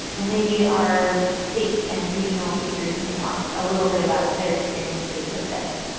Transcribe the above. and maybe our state and regional speakers can talk a little bit about their experiences with this.